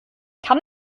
kann